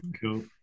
cool